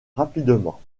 rapidement